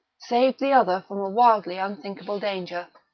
saved the other from a wildly unthinkable danger.